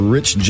Rich